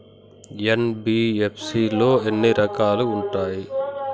NBFC లో ఎన్ని రకాలు ఉంటాయి?